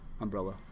umbrella